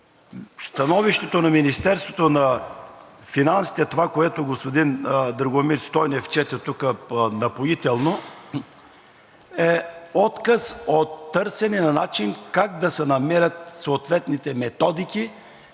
становището на Министерството на финансите – това, което господин Драгомир Стойнев чете тук напоително – е отказ от търсене на начин как да се намерят съответните методики,